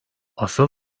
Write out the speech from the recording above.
asıl